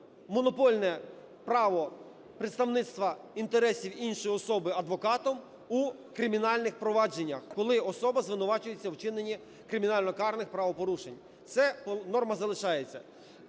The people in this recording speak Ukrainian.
монопольне право представництва інтересів іншої особи адвокатом у кримінальних провадженнях, коли особа звинувачується у вчиненні кримінально-карних правопорушень. Ця норма залишається.